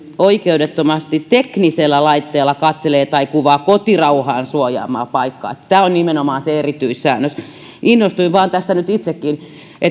oikeudettomasti teknisellä laitteella katselee tai kuvaa kotirauhan suojaamaa paikkaa nimenomaan tämä on se erityissäännös innostuin vain tästä nyt itsekin